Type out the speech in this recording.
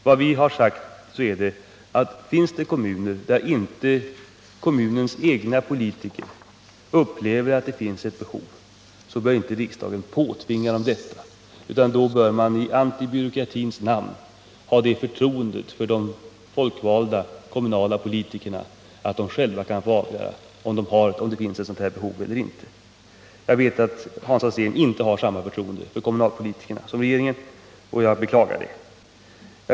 Vad vi har sagt är att om det finns kommuner där kommunens egna politiker inte upplever att det finns något behov av varuförsörjningsplaner bör inte riksdagen påtvinga dem sådana, utan då bör vi i antibyråkratins namn ha det förtroendet för de folkvalda kommunala politikerna att de själva kan avgöra om det finns ett sådant här behov eller inte. Jag vet att Hans Alsén inte har samma förtroende för kommunalpolitikerna som regeringen. Jag beklagar det.